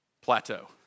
Plateau